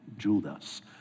Judas